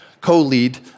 co-lead